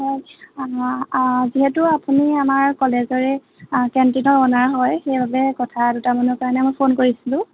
অঁ যিহেতু আপুনি আমাৰ কলেজৰে কেণ্টিনৰ অ'নাৰ হয় সেইকাৰণে কথা দুটামানৰ কাৰণে মই ফোন কৰিছিলোঁ